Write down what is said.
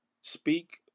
Speak